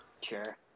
Sure